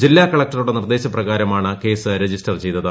ജില്ലാ കളക്ടറുടെ നിർദ്ദേശപ്രകാർമാണ് കേസ് രജിസ്റ്റർ ചെയ്തത്